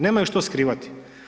Nemaju što skrivati.